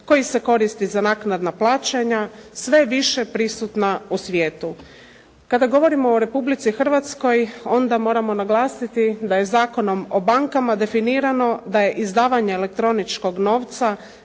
koji se koristi za naknadna plaćanja sve više prisutna u svijetu. Kada govorimo o Republici Hrvatskoj onda moramo naglasiti da je Zakonom o bankama definirano da je izdavanje elektroničkog novca